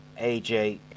AJ